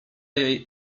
jej